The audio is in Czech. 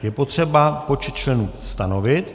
Je potřeba počet členů stanovit.